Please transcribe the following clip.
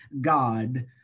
God